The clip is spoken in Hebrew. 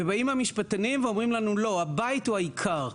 ובאים המשפטנים ואומרים לנו: לא, הבית הוא העיקר.